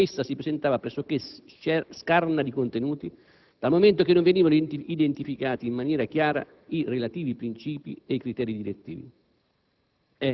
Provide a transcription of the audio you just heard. Essa si presentava pressoché scarna di contenuti, dal momento che non venivano identificati, in maniera chiara, i relativi princìpi e criteri direttivi.